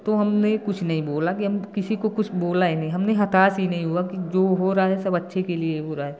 तो हमने कुछ नहीं बोला कि हम किसी को कुछ बोला ही नहीं हमने हताश ही नहीं हुआ कि जो हो रहा है सब अच्छे के लिए हो रहा है